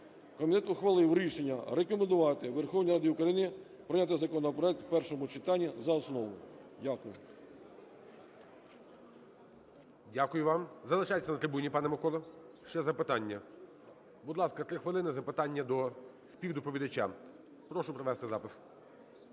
комітет ухвалив рішення рекомендувати Верховній Раді України прийняти законопроект в першому читанні за основу. Дякую. ГОЛОВУЮЧИЙ. Дякую вам. Залишайтесь на трибуні, пане Микола, ще запитання. Будь ласка, 3 хвилини – запитання до співдоповідача. Прошу провести запис.